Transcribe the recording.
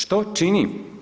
Što čini.